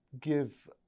give